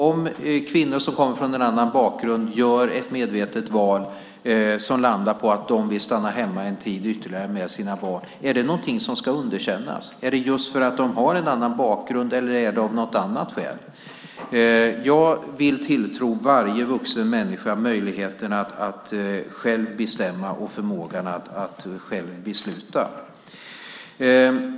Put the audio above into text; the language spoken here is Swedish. Om kvinnor som kommer från en annan bakgrund träffar ett medvetet val som landar på att de vill stanna hemma en tid ytterligare med sina barn, är det någonting som ska underkännas? Är det just för att de har en annan bakgrund, eller är det av något annat skäl? Jag vill tilltro varje vuxen människa möjligheten att själv bestämma och förmågan att besluta.